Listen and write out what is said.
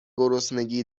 گرسنگی